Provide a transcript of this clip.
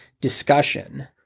discussion